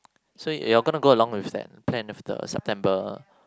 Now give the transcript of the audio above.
so you you're gonna go along with that plan of the September